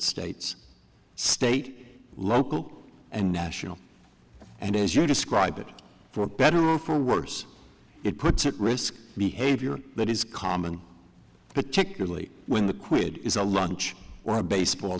states state local and national and as you describe it for better or for worse it puts at risk behavior that is common particularly when the quid is a lunch or a baseball